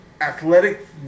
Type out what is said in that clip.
athletic